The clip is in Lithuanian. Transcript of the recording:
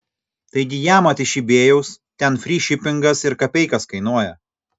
taigi jamat iš ibėjaus ten fry šipingas ir kapeikas kainuoja